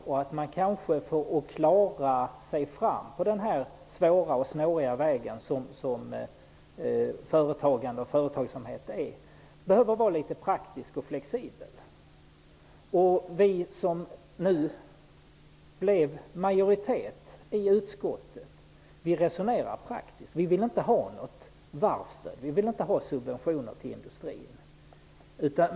För att klara sig fram på den svåra och snåriga väg som företagande och företagsamhet är behöver man kanske vara litet praktisk och flexibel. Vi som nu bildat majoritet i utskottet resonerar praktiskt. Vi vill inte ha något varvsstöd. Vi vill inte ha subventioner till industrin.